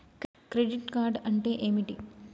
Credit card అంటే ఏమిటి?